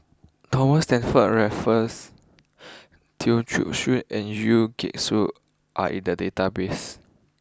Thomas Stamford Raffles and Yeo Soon are in the database